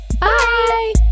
Bye